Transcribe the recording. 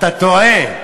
אתה טועה.